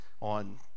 on